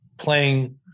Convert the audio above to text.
playing